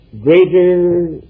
greater